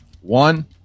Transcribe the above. One